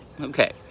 Okay